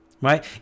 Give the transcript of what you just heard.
right